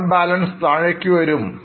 loan balance താഴേക്ക് വരും